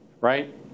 right